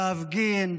להפגין,